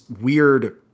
weird –